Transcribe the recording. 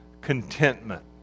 contentment